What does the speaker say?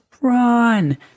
Run